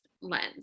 lens